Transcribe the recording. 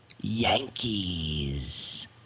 Yankees